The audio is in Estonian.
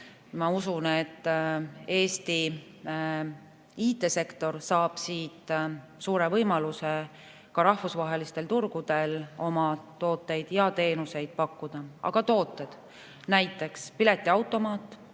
Ma usun, et Eesti IT‑sektor saab siit suure võimaluse ka rahvusvahelistel turgudel oma tooteid ja teenuseid pakkuda. Toodete [hulka kuuluvad] näiteks piletiautomaat,